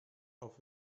auf